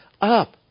up